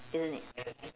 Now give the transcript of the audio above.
isn't it